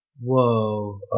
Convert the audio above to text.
Whoa